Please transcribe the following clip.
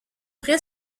vrai